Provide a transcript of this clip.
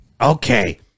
Okay